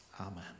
Amen